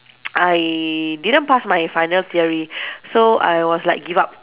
I didn't pass my final theory so I was like give up